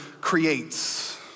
creates